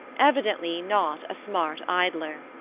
evidently not a smart idler.